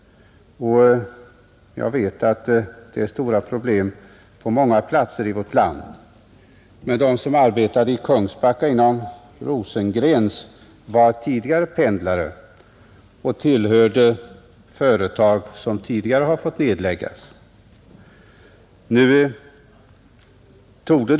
Jag vet att det är stora problem på många platser i vårt land, och de som arbetar hos Rosengrens i Kungsbacka är pendlare och tillhör företag som tidigare har fått nedläggas.